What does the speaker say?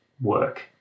work